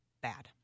bad